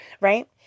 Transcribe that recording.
right